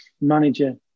manager